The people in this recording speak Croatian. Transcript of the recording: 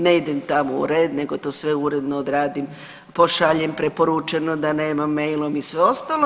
Ne idem tamo u red, nego to sve uredno odradim pošaljem preporučeno da nemam mailom i sve ostalo.